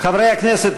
חברי הכנסת,